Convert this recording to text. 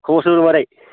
खबर सबर माबोरै